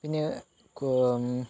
പിന്നെ